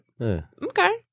Okay